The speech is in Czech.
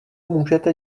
můžete